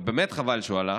ובאמת חבל שהוא הלך: